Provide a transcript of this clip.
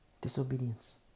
Disobedience